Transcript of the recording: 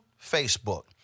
Facebook